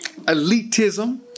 elitism